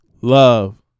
love